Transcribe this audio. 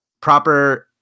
proper